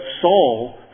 Saul